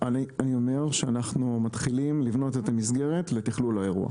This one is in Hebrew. אני אומר שאנחנו מתחילים לבנות את המסגרת לתכלול האירוע.